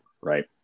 right